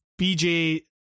BJ